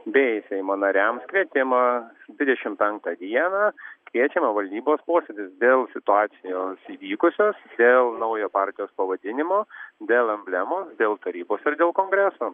bei seimo nariams kvietimą dvidešimt penktą dieną kviečiama valdybos posėdis dėl situacijos įvykusios dėl naujo partijos pavadinimo dėl amblemos dėl tarybos ir dėl kongreso